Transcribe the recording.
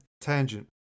tangent